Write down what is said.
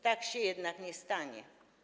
Tak się jednak nie stanie.